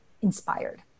inspired